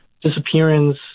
Disappearance